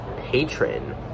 patron